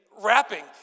wrapping